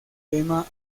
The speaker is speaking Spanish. tema